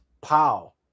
Pow